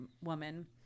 woman